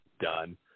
done